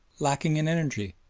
lacking in energy,